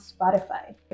Spotify